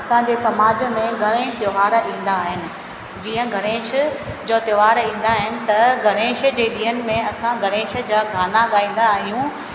असांजे समाज में घणा ई त्योहार ईंदा आहिनि जीअं गणेश जो त्योहारु ईंदा आहिनि त गणेश जे ॾींहनि में असां गणेश जा गाना ॻाईंदा आहियूं